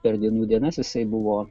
per dienų dienas jisai buvo